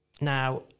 now